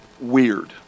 weird